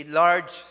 large